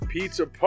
Pizza